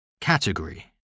category